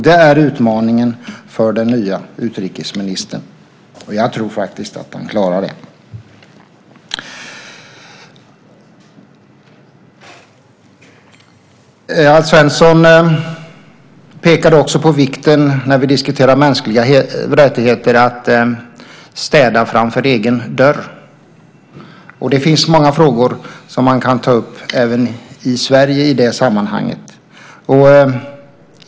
Det är utmaningen för den nye utrikesministern, och jag tror faktiskt att han klarar det. Alf Svensson pekar, när vi diskuterar mänskliga rättigheter, också på vikten av att städa framför egen dörr. Det finns många frågor som man kan ta upp även i Sverige i det sammanhanget.